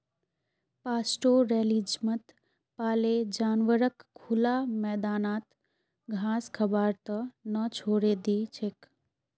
पास्टोरैलिज्मत पाले जानवरक खुला मैदानत घास खबार त न छोरे दी छेक